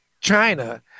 China